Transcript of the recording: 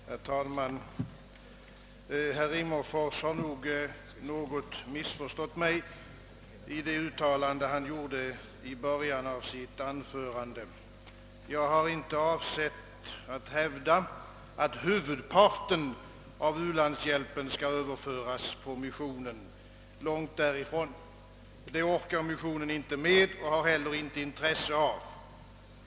Herr talman! Herr Rimmerfors har nog något missförstått mig i det uttalande han gjorde i början av sitt anförande. Jag har inte avsett att hävda att huvudparten av u-landshjälpen skall överföras på missionen — långt därifrån. Det orkar missionen inte med och har heller inte intresse av.